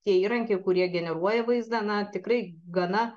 tie įrankiai kurie generuoja vaizdą na tikrai gana